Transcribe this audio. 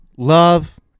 love